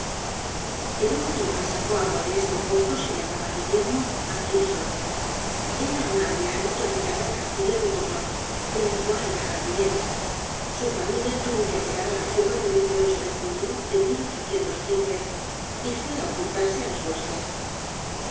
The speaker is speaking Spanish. el último que sacó agua de este pozo se llamaba guillermo van kylson era un aldeano que habitaba el castillo de hougomont en el cual era jardinero su familia tuvo que apelar á la fuga el de junio de y fué á ocultarse á los bosques